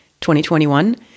2021